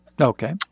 okay